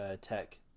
Tech